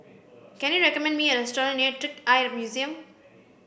can you recommend me a restaurant near Trick Eye Museum